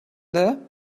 there